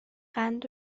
قند